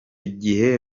gihe